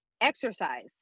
exercise